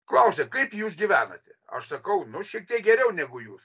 klausia kaip jūs gyvenate aš sakau nu šiek tiek geriau negu jūs